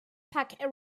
packet